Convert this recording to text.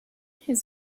his